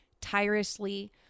tirelessly